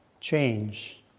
change